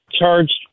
charged